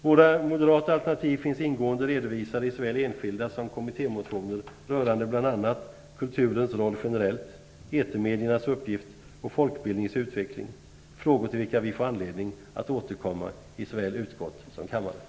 Våra moderata alternativ finns ingående redovisade i såväl enskilda som kommittémotioner rörande bl.a. kulturens roll generellt, etermediernas uppgift och folkbildningens utveckling, frågor till vilka vi får anledning att återkomma i såväl utskott som kammare.